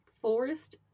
Forest